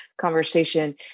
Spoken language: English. conversation